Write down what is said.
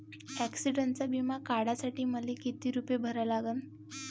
ॲक्सिडंटचा बिमा काढा साठी मले किती रूपे भरा लागन?